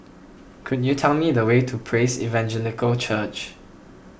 could you tell me the way to Praise Evangelical Church